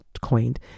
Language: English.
coined